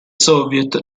soviet